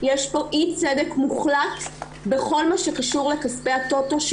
יש פה אי צדק מוחלט בכל מה שקשור לכספי הטוטו,